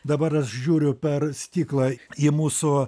dabar aš žiūriu per stiklą į mūsų